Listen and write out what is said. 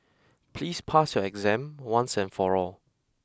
please pass your exam once and for all